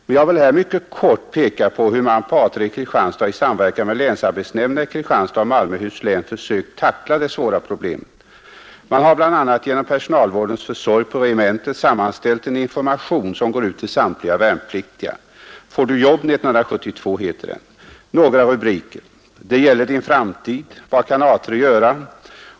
Men jag vill här mycket kort peka på hur man på A3 i Kristianstad i samverkan med länsarbetsnämnderna i Kristianstads och Malmöhus län försökt tackla det svara problemet. Man har bl.a. genom personalvårdens försorg på regementet sammanställt en information som gär ut till samtliga värnpliktiga. ”Får Du jobb 1972?” heter den. Nagra rubriker: ”Det gäller Din framtid”. ”Vad kan A 3 göra”.